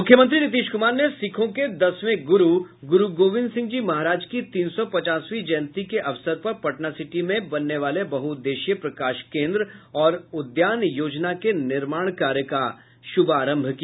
मूख्यमंत्री नीतीश कुमार ने सिखों के दसवें गुरू गुरू गोविंद सिंह की तीन सौ पचासवीं जयंती के अवसर पर पटनासिटी में बहुउद्देशीय प्रकाश केंद्र और उद्यान योजना के निर्माण कार्य का आरंभ किया